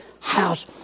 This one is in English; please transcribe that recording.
house